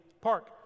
park